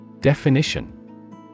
Definition